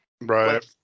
Right